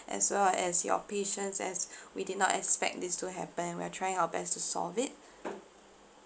as well as your patience as we did not expect this to happen and we are trying our best to solve it